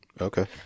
Okay